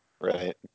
Right